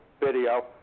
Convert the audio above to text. video